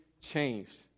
changed